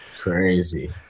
crazy